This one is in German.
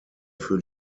für